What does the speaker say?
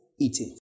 eating